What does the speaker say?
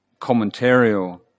commentarial